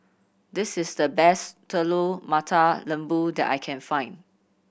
this is the best Telur Mata Lembu that I can find